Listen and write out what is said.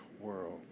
world